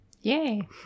yay